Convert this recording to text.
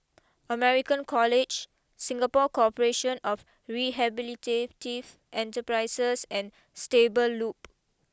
American College Singapore Corporation of Rehabilitative Enterprises and Stable Loop